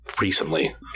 recently